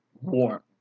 warm